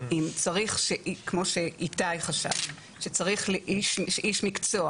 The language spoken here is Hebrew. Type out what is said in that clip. אם צריך, כמו שאיתי חשב, שצריך איש מקצוע.